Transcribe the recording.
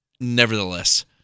Nevertheless